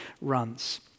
runs